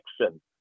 action